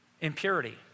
Impurity